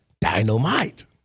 dynamite